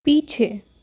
पीछे